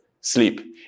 sleep